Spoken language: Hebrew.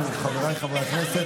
חבריי חברי הכנסת,